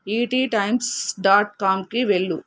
ఈటీ Times dot కామ్కి వెళ్ళు